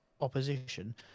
opposition